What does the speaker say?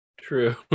True